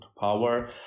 power